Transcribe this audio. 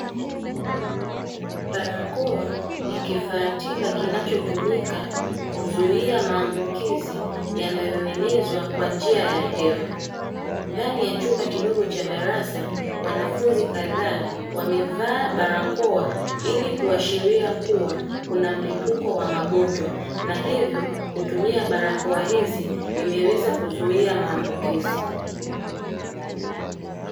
Barakoa ni kifaa tiba kinachotumika kuzuia maambukizi yanayoenezwa kwa njia ya hewa. Ndani ya chumba kidogo cha darasa wanafunzi kadhaa wamevaa barakoa ili kuashiria kuwa kuna mlipuko wa magonjwa na hivo kutumia barakoa hizi imeweza kuzuia maambukizi.